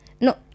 No